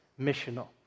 missional